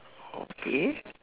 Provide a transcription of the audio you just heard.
okay